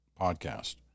podcast